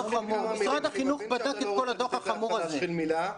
משרד החינוך בדק את כל הדוח החמור הזה.